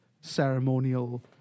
ceremonial